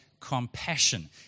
compassion